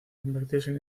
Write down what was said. convertirse